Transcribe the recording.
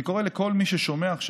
אני קורא לכל מי ששומע עכשיו,